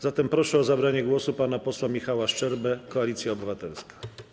Zatem proszę o zabranie głosu pana posła Michała Szczerbę, Koalicja Obywatelska.